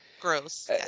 Gross